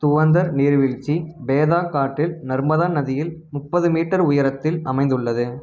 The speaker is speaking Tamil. துவந்தர் நீர்வீழ்ச்சி பேதாகாட்டில் நர்மதா நதியில் முப்பது மீட்டர் உயரத்தில் அமைந்துள்ளது